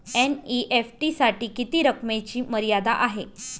NEFT साठी किती रकमेची मर्यादा आहे?